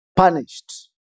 punished